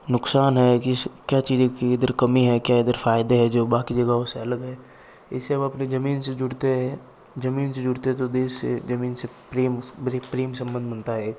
नुकसान हैं किस क्या चीज़ों की इधर कमी हैं क्या इधर फ़ायदे है जो बाकी जगहों से अलग हैं इसे हम अपनी ज़मीन से जुड़ते हैं ज़मीन से जुड़ते हैं तो देश से ज़मीन से प्रेम बस प्रेम सम्बन्ध बनता है एक